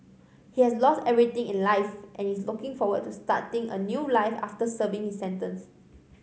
he has lost everything in life and is looking forward to starting a new life after serving his sentence